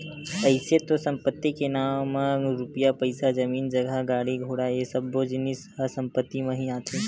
अइसे तो संपत्ति के नांव म रुपया पइसा, जमीन जगा, गाड़ी घोड़ा ये सब्बो जिनिस ह संपत्ति म ही आथे